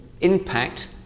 impact